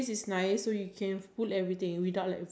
ya then it makes it makes your